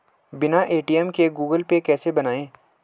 बिना ए.टी.एम के Google Pay कैसे बनायें?